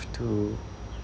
to